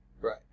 Right